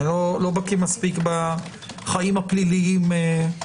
נתחיל להתייחס לשאלות.